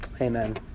Amen